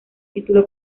título